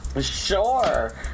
Sure